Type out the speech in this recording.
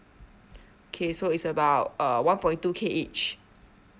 okay so is about uh one point two K each